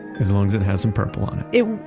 as long as it has some purple on it.